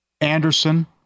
Anderson